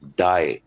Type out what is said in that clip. die